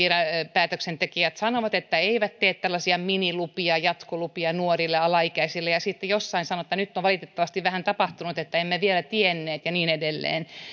päätöksentekijät sanovat että he eivät tee tällaisia minilupia jatkolupia nuorille alaikäisille ja sitten jossain he sanovat että nyt on valitettavasti vähän tapahtunut että emme vielä tienneet ja niin edelleen